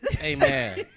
Amen